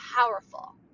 powerful